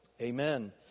amen